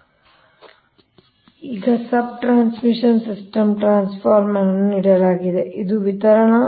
ಆದ್ದರಿಂದ ಈ sub transmission system transformer ಅನ್ನು ನೀಡಲಾಗಿದೆ ಇದು ವಿತರಣಾ